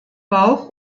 bauch